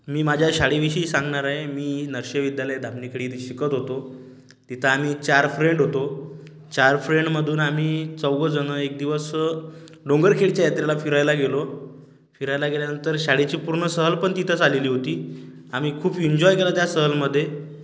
मी माझ्या शाळेविषयी सांगणार आहे मी नरशे विद्यालय धामनी खेड् इथं शिकत होतो तिथं आमी चार फ्रेंड होतो चार फ्रेंडमधून आम्ही चौघंजणं एक दिवस डोंगरखेळच्या यात्रेला फिरायला गेलो फिरायला गेल्यानंतर शाळेची पूर्ण सहल पण तिथंच आलेली होती आम्ही खूप इन्जॉय केला त्या सहलमध्ये